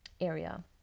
area